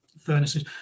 furnaces